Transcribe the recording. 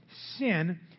sin